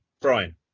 Brian